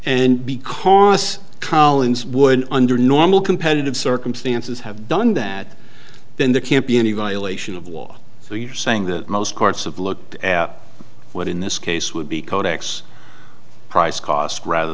and because collins would under normal competitive circumstances have done that then there can't be any violation of law so you're saying that most courts of looked at what in this case would be codex price cost rather